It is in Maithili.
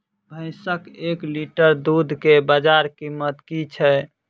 भैंसक एक लीटर दुध केँ बजार कीमत की छै?